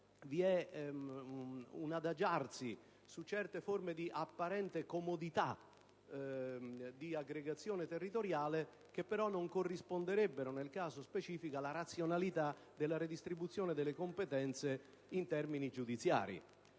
vi è un adagiarsi su certe forme di apparente comodità di aggregazione territoriale, che però non corrisponderebbero, nel caso specifico, alla razionalità della redistribuzione delle competenze in termini giudiziari.